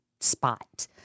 spot